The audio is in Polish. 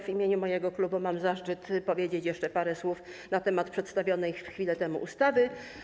W imieniu mojego klubu mam zaszczyt powiedzieć jeszcze parę słów na temat przedstawionej chwilę temu ustawy.